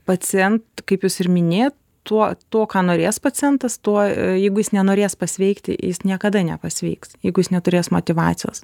pacien kaip jūs ir minėjot tuo tuo ką norės pacientas tuo jeigu jis nenorės pasveikti jis niekada nepasveiks jeigu jis neturės motyvacijos